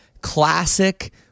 classic